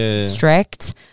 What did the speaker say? strict